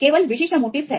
केवल विशिष्ट मोटीफ्स हैं